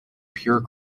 pure